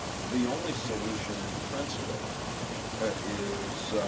the only solution in principle is,